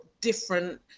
different